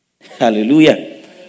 Hallelujah